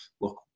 look